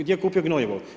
Gdje je kupio gnojivo?